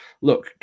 look